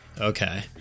Okay